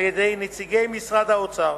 על-ידי נציגי משרד האוצר,